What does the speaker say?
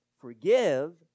Forgive